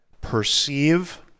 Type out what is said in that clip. perceive